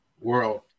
world